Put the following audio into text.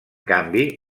canvi